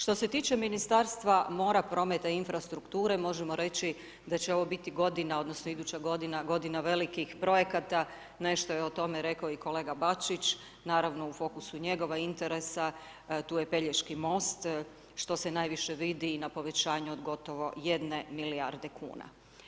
Što se tiče Ministarstva mora, prometa i infrastrukture, možemo reći, da će ovo biti godina, odnosno, iduća godina, godina velikih projekata, nešto je o tome rekao i kolega Bačić naravno u fokusu njegovog interesa, tu je Pelješki most, što se najviše vidi na povećanje od gotovo 1 milijarde kn.